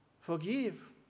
forgive